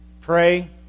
Pray